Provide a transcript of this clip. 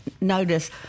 notice